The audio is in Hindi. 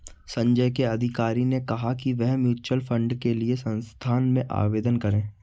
संजय के अधिकारी ने कहा कि वह म्यूच्यूअल फंड के लिए संस्था में आवेदन करें